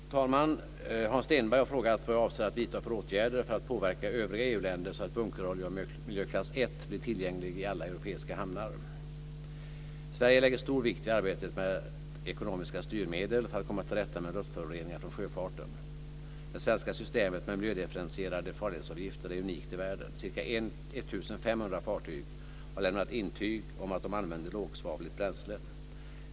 Fru talman! Hans Stenberg har frågat vad jag avser att vidta för åtgärder för att påverka övriga EU länder så att bunkerolja av miljöklass 1 blir tillgänglig i alla Europas hamnar. Sverige lägger stor vikt vid arbetet med ekonomiska styrmedel för att komma till rätta med luftföroreningar från sjöfarten. Det svenska systemet med miljödifferentierade farledsavgifter är unikt i världen. Ca 1 500 fartyg har lämnat intyg om att de använder lågsvavligt bränsle.